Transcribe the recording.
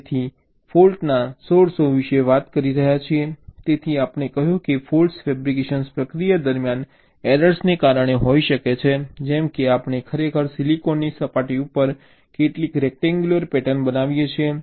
તેથી ફૉલ્ટના સોર્સો વિશે વાત કરી રહ્યા છીએ તેથી આપણે કહ્યું કે ફૉલ્ટ્સ ફેબ્રિકેશન પ્રક્રિયા દરમિયાન એરર્સને કારણે હોઈ શકે છે જેમ કે આપણે ખરેખર સિલિકોનની સપાટી ઉપર કેટલીક રેક્ટેન્ગ્યુલર પેટર્ન બનાવીએ છીએ